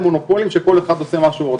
מונופולים שכל אחד עושה מה שהוא רוצה.